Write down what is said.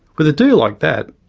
with a deal like that,